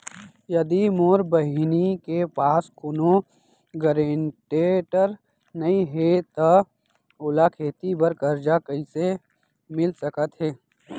यदि मोर बहिनी के पास कोनो गरेंटेटर नई हे त ओला खेती बर कर्जा कईसे मिल सकत हे?